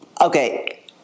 okay